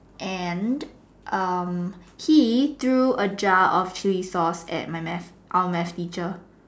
and um he threw a jar of chili sauce at my math our math teacher